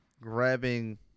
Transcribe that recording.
grabbing